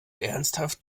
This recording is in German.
ernsthaft